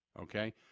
okay